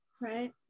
right